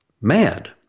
mad